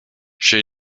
she